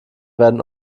werden